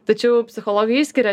tačiau psichologai išskiria